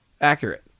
accurate